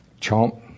chomp